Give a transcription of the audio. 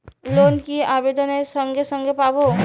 Loan কি আবেদনের সঙ্গে সঙ্গে পাব?